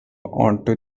onto